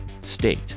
state